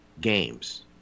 games